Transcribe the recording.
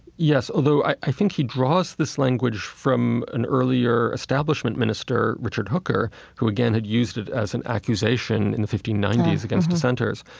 yes. although i i think he draws this language from an earlier establishment minister, richard hooker, who again had used it as an accusation in the fifteen ninety s against dissenters.